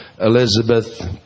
Elizabeth